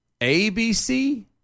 ABC